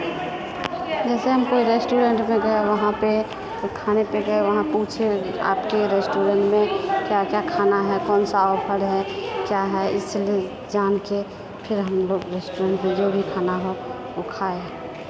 जैसे हम कोइ रेस्टोरेन्टमे गए वहाँ पे खाने पे गए वहाँ पूछे आपके रेस्टोरेन्टमे क्या क्या खाना है कौनसा ऑफर है क्या है इसलिए जानके फिर हमलोग रेस्टोरेन्टमे जो भी खाना हो ओ खाए